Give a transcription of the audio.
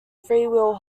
freewheel